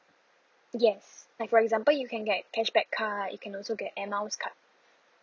yes like for example you can get cashback card you can also get air miles card